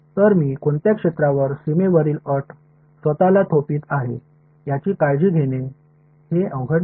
तर मी कोणत्या क्षेत्रावर सीमेवरील अट स्वत ला थोपवित आहे याची काळजी घेणे हे अवघड नाही